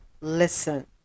listen